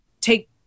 take